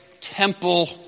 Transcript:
temple